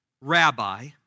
rabbi